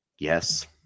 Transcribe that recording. Yes